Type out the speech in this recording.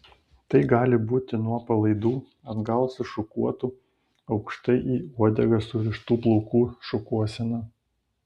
tai gali būti nuo palaidų atgal sušukuotų aukštai į uodegą surištų plaukų šukuosena